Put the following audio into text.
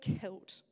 killed